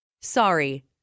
Sorry